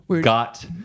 got